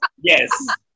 yes